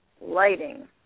Lighting